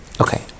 Okay